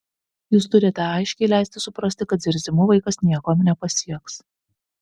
jūs turite aiškiai leisti suprasti kad zirzimu vaikas nieko nepasieks